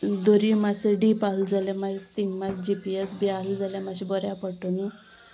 दर्या मात्सो डीप आसलो जाल्यार मागीर थंय मागीर जी पी एस बी आसलो जाल्यार मात्शें बऱ्या पडटा न्हय